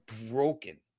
broken